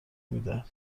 میدهد